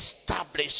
Establish